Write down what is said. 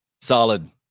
solid